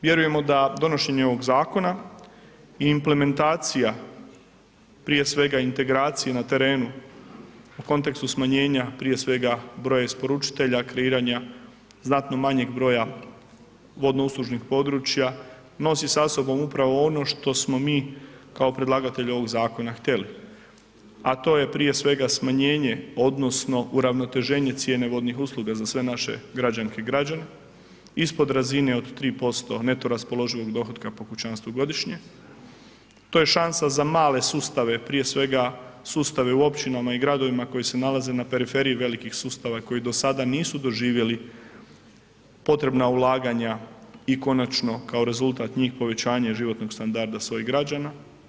Vjerujemo da donošenje ovog zakona i implementacija, prije svega integracija na terenu u kontekstu smanjenja prije svega broja isporučitelja, kreiranja znatno manjeg broja vodno-uslužnih područja nosi sa sobom upravo ono što smo mi kao predlagatelj ovog zakona htjeli a to je prije svega smanjenje odnosno uravnoteženje cijene vodnih usluga za sve naše građanke i građane ispod razine od 3% neto raspoloživog dohotka po kućanstvu godišnje, to je šansa za male sustave prije svega, sustave u općinama i gradovima koji se nalazi na periferiji velikih sustava i koji do sada nisu doživjeli potrebna ulaganja i konačno kao rezultat njihovog povećanja i životnog standarda svojih građana.